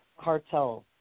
cartels